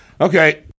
Okay